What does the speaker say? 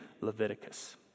Leviticus